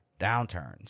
downturns